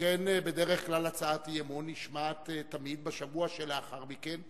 שכן בדרך כלל הצעת אי-אמון נשמעת תמיד בשבוע שלאחר מכן,